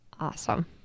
Awesome